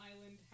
island